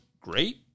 great